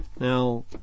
Now